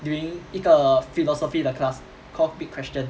during 一个 philosophy 的 class call pick question